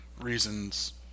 reasons